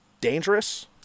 dangerous